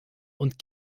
und